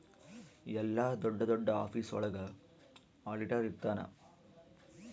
ಎಲ್ಲ ದೊಡ್ಡ ದೊಡ್ಡ ಆಫೀಸ್ ಒಳಗ ಆಡಿಟರ್ ಇರ್ತನ